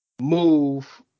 move